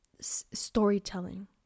Storytelling